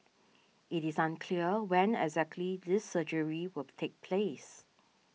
it is unclear when exactly this surgery will take place